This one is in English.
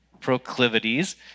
proclivities